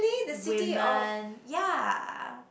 woman ya